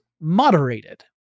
moderated